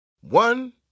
One